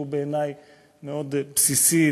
שהוא בעיני מאוד בסיסי,